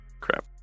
crap